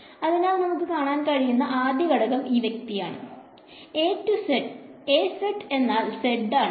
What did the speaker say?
അതിനാൽ നമുക്ക് കാണാൻ കഴിയുന്ന ആദ്യത്തെ ഘടകം ഈ വ്യക്തിയാണ് അതിനാൽ A z എന്നാൽ z ആണ്